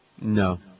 No